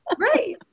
Right